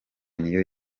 niyo